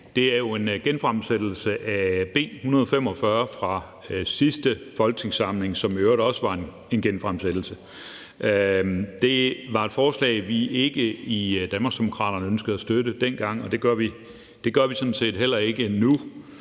dag, er jo en genfremsættelse af B 145 fra sidste folketingssamling, som i øvrigt også var en genfremsættelse. Det var et forslag, vi i Danmarksdemokraterne ikke ønskede at støtte dengang, og det gør vi sådan set heller ikke nu.